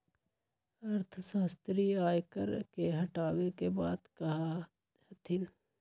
अर्थशास्त्री आय कर के हटावे के बात कहा हथिन